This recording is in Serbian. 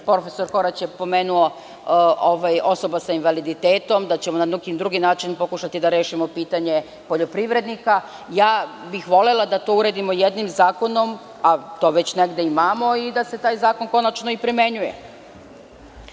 profesor Korać je pomenuo, osoba sa invaliditetom, da ćemo na neki drugi način pokušati da rešimo pitanje poljoprivrednika. Volela bih da to uredimo jednim zakonom, a to već negde imamo i da se taj zakon konačno i primenjuje. Naši